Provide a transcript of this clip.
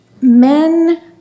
Men